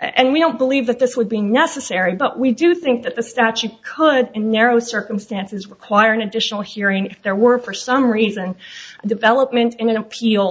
and we don't believe that this would be necessary but we do think that the statute could in narrow circumstances require an additional hearing if there were for some reason development in an appeal